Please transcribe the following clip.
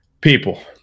People